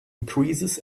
increases